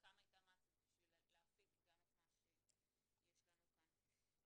בשביל להפיק גם את מה שיש לנו כאן.